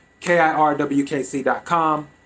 KIRWKC.com